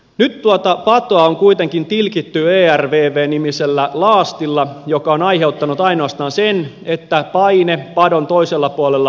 nyt tuota patoa on kuitenkin tilkitty ervv nimisellä laastilla joka on aiheuttanut ainoastaan sen että paine padon toisella puolella on kasvanut